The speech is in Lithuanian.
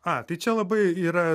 a tai čia labai yra